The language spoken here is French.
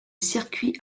circuits